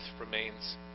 remains